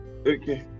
Okay